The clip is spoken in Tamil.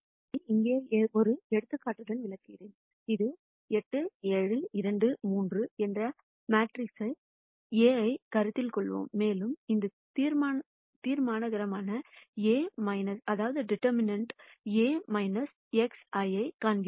இதை இங்கே ஒரு எடுத்துக்காட்டுடன் விளக்குகிறேன் இது 8 7 2 3 என்ற மேட்ரிக்ஸ் A ஐ கருத்தில் கொள்வோம் மேலும் இந்த டீடெர்மினன்ட் A λ I ஐ கணக்கிடுவோம்